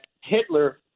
Hitler